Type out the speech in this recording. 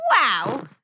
Wow